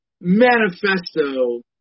manifesto